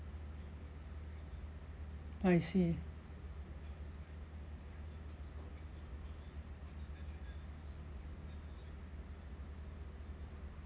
I see